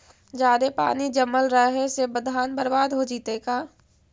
जादे पानी जमल रहे से धान बर्बाद हो जितै का?